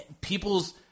people's